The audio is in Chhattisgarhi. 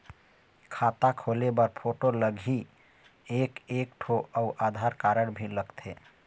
खाता खोले बर फोटो लगही एक एक ठो अउ आधार कारड भी लगथे?